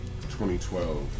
2012